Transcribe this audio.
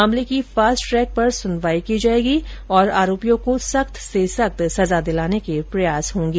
मामले की fast track पर सुनवाई की जाएगी और आरोपियों को सख्त से सख्त सजा दिलाने के प्रयास होंगे